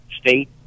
state